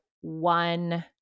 one